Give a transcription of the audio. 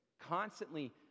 Constantly